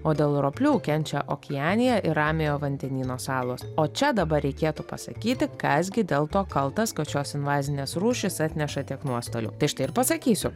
o dėl roplių kenčia okeanija ir ramiojo vandenyno salos o čia dabar reikėtų pasakyti kas gi dėl to kaltas kad šios invazinės rūšys atneša tiek nuostolių tai štai ir pasakysiu